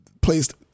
placed